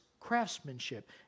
craftsmanship